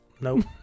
Nope